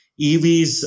EVs